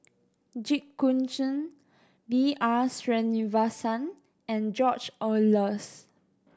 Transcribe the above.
Jit Koon Ch'ng B R Sreenivasan and George Oehlers